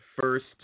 first